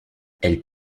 elle